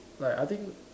like I think